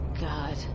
God